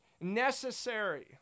necessary